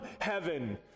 heaven